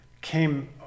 came